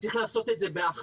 צריך לעשות את זה באחריות.